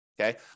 Okay